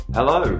Hello